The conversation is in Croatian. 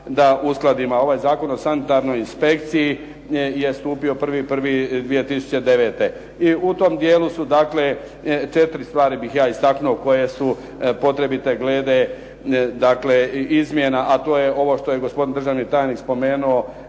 da uskladimo. Ovaj Zakon o sanitarnoj inspekciji je stupio 1.1.2009. i u tom dijelu su dakle četiri stvari bih ja istaknuo koje su potrebite glede izmjena, a to je ovo što je gospodin državni tajnik spomenuo